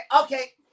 okay